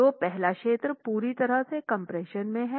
तो पहला क्षेत्र पूरी तरह से कम्प्रेशन में है